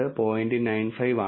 95 ആണ്